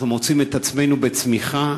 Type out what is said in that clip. אנחנו מוצאים את עצמנו בצמיחה,